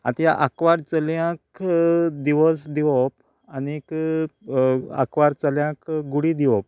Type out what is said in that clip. आतां ह्या आकवार चलयांक दिवज दिवप आनीक आकवार चल्याक गुडी दिवप